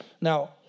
Now